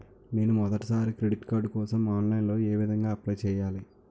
నేను మొదటిసారి credit card కోసం ఆన్లైన్ లో ఏ విధంగా అప్లై చేయాలి?